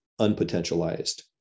unpotentialized